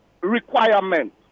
requirement